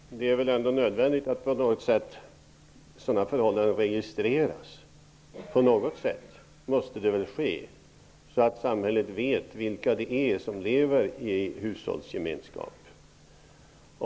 Fru talman! Det är väl ändå nödvändigt att sådana förhållanden registreras på något sätt! På något sätt måste det väl ske, så att samhället vet vilka det är som lever i hushållsgemenskap.